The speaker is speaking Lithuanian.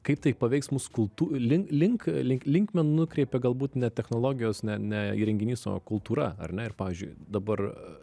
kaip tai paveiks mus kultų link link link linkmėm nukreipia galbūt ne technologijos ne ne įrenginys o kultūra ar ne ir pavyzdžiui dabar